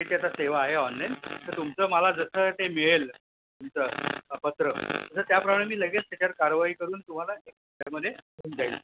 ठीक आहे आता सेवा आहे ऑनलाईन तर तुमचं मला जसं ते मिळेल तुमचं पत्र तसं त्याप्रमाणे मी लगेच त्याच्यावर कारवाई करून तुम्हाला त्यामध्ये होऊन जाईल